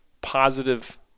positive